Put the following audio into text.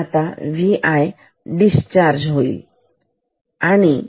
तर आता Vy discharge होईल